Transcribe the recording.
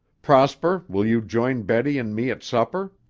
prosper, will you join betty and me at supper?